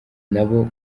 nabo